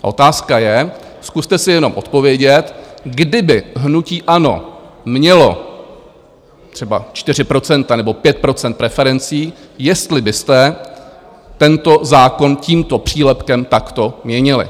Otázka je, zkuste si jenom odpovědět, kdyby hnutí ANO mělo třeba 4 % nebo 5 % preferencí, jestli byste tento zákon tímto přílepkem takto měnili.